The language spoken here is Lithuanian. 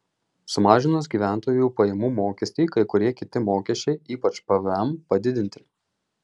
sumažinus gyventojų pajamų mokestį kai kurie kiti mokesčiai ypač pvm padidinti